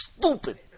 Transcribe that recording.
Stupid